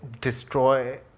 destroy